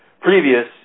previous